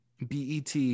BET